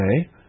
Okay